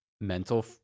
mental